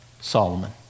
Solomon